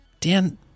Dan